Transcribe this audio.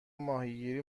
ماهیگیری